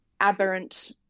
aberrant